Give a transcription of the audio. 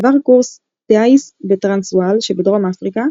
עבר קורס טיס בטרנסוואל שבדרום אפריקה,